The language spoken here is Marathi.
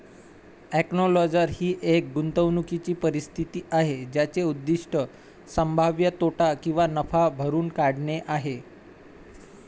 एन्क्लोजर ही एक गुंतवणूकीची परिस्थिती आहे ज्याचे उद्दीष्ट संभाव्य तोटा किंवा नफा भरून काढणे आहे